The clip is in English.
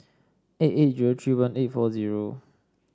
eight eight zero three one eight four zero